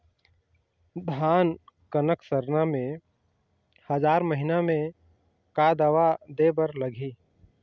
धान कनक सरना मे हजार महीना मे का दवा दे बर लगही?